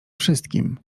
wszystkim